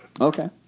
Okay